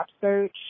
search